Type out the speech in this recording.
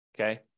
Okay